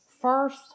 First